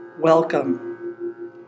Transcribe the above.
Welcome